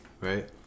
right